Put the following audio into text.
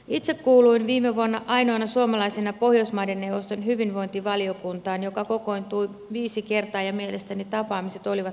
itse kuuluin viime vuonna ainoana suomalaisena pohjoismaiden neuvoston hyvinvointivaliokuntaan joka kokoontui viisi kertaa ja mielestäni tapaamiset olivat antoisia